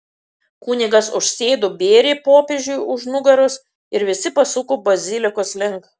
kunigas užsėdo bėrį popiežiui už nugaros ir visi pasuko bazilikos link